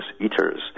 eaters